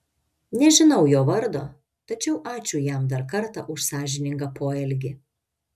nežinau jo vardo tačiau ačiū jam dar kartą už sąžiningą poelgį